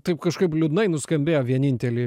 taip kažkaip liūdnai nuskambėjo vieninteliai